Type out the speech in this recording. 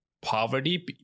poverty